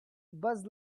buzz